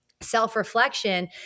Self-reflection